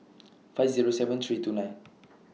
five Zero seven three two nine